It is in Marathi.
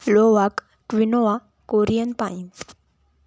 फ्लोआक क्विनोआ कोरियन पाईन